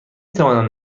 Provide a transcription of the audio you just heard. توانم